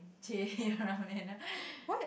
chey your ramen ah